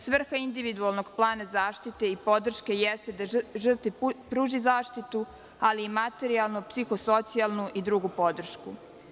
Svrha individualnog plana zaštite i podrške jeste da žrtvi pruži zaštitu, ali i materijalnu, psiho-socijalnu i drugu podršku.